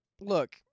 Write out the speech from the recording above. look